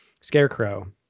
Scarecrow